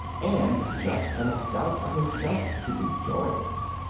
and just enough doubt of himself to enjoy them.